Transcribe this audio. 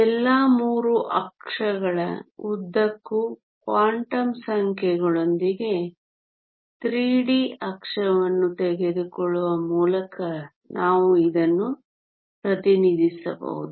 ಎಲ್ಲಾ 3 ಅಕ್ಷಗಳ ಉದ್ದಕ್ಕೂ ಕ್ವಾಂಟಮ್ ಸಂಖ್ಯೆಗಳೊಂದಿಗೆ 3D ಅಕ್ಷವನ್ನು ತೆಗೆದುಕೊಳ್ಳುವ ಮೂಲಕ ನಾವು ಇದನ್ನು ಪ್ರತಿನಿಧಿಸಬಹುದು